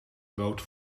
boot